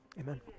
amen